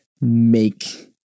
make